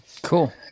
Cool